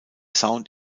sound